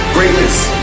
Greatness